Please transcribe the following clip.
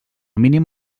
mínim